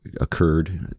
occurred